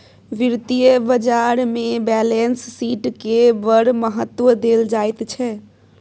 वित्तीय बाजारमे बैलेंस शीटकेँ बड़ महत्व देल जाइत छै